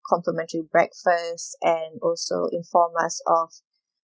complimentary breakfast and also inform us of